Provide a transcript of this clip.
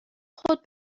خود